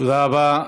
תודה רבה.